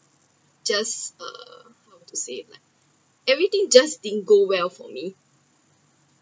just uh how to say like everything just didn’t go well for me